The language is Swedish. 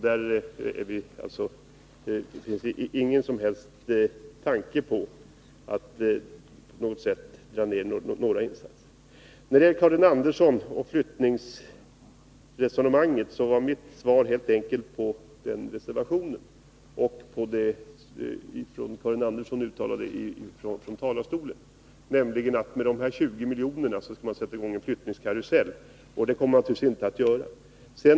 Det finns ingen tanke på att på något sätt dra ner några insatser. När det gäller Karin Anderssons inlägg och flyttningsresonemanget, så var mitt svar helt enkelt på reservationen och på vad Karin Andersson uttalade från talarstolen, att man med de här 20 miljonerna naturligtvis inte kommer att sätta i gång en flyttningskarusell.